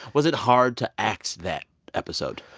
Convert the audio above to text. was it hard to act that episode?